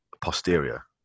posterior